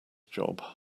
job